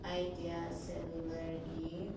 idea ꯁꯦꯜꯂꯨꯂꯔꯒꯤ